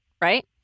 right